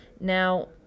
Now